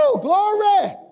Glory